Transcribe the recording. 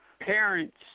Parents